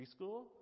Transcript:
preschool